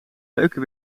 leuke